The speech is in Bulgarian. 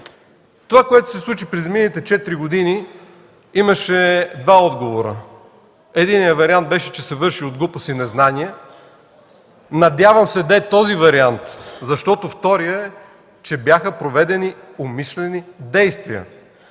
Това, което се случи през изминалите 4 години, имаше два отговора. Единият вариант беше, че се върши от глупост и незнание. Надявам се да е този вариант, защото вторият е, че бяха проведени умишлени действия,